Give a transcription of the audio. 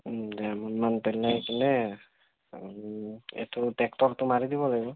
দেৰমোণ মান পেলাই কেনে এটো ট্ৰেক্টৰটো মাৰি দিব লাগিব